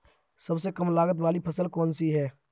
सबसे कम लागत वाली फसल कौन सी है?